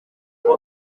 kuko